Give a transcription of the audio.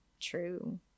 true